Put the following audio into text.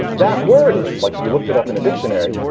that word is like if you looked it up in a dictionary,